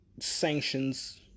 Sanctions